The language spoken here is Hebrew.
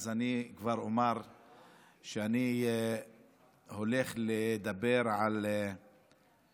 אז אני כבר אומר שאני הולך לדבר על ההסכמות